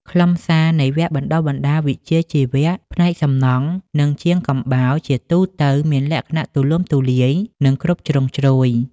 ខ្លឹមសារនៃវគ្គបណ្តុះបណ្តាលវិជ្ជាជីវៈផ្នែកសំណង់និងជាងកំបោរជាទូទៅមានលក្ខណៈទូលំទូលាយនិងគ្រប់ជ្រុងជ្រោយ។